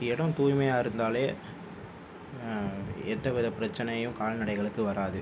இடம் தூய்மையாக இருந்தாலே எந்த வித பிரச்சனையும் கால்நடைகளுக்கு வராது